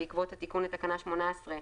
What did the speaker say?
בעקבות התיקון לתקנה 18,